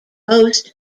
most